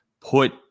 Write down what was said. Put